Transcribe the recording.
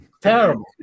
Terrible